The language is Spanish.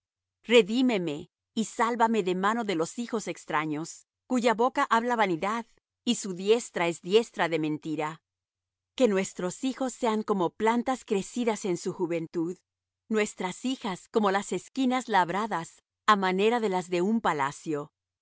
redímeme y sálvame de mano de los hijos extraños cuya boca habla vanidad y su diestra es diestra de mentira que nuestros hijos sean como plantas crecidas en su juventud nuestras hijas como las esquinas labradas á manera de las de un palacio